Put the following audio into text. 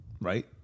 Right